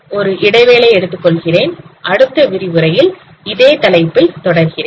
ஒரு இடைவேளை எடுத்துக் கொள்கிறேன் அடுத்த விரிவுரையில் இதே தலைப்பில் தொடர்கிறேன்